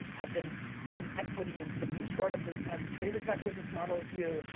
have been given equity in some new startup that has the same exact business model as you,